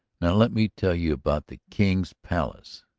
now let me tell you about the king's palace.